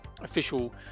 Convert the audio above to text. official